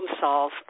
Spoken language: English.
solve